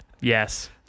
Yes